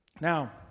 Now